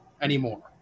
anymore